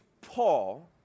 Paul